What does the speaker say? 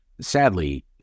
sadly